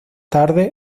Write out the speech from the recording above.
tarde